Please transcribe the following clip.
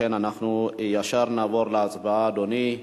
לכן, אנחנו ישר נעבור להצבעה, אדוני.